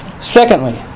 Secondly